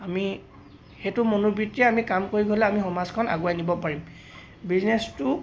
আমি সেইটো মনোবৃত্তিৰে আমি কাম কৰি পেলাই আমি সমাজখন আগুৱাই নিব পাৰিম বিজনেছটো